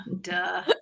Duh